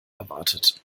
erwartet